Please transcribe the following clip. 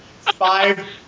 five